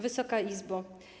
Wysoka Izbo!